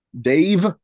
Dave